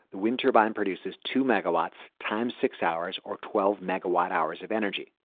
the wind turbine produces two megawatts times six hours or twelve megawatt hours of energy.